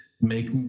make